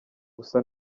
gusa